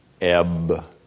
ebb